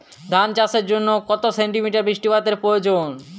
ধান চাষের জন্য কত সেন্টিমিটার বৃষ্টিপাতের প্রয়োজন?